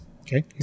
Okay